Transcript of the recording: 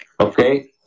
Okay